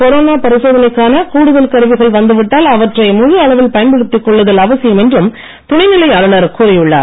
corona பரிசோதனைக்கான கூடுதல் கருவிகள் வந்து விட்டதால் அவற்றை முழு அளவில் பயன்படுத்திக் கொள்ளுதல் அவசியம் என்றும் துணைநிலை ஆளுநர் கூறியுள்ளார்